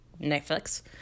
Netflix